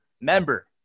member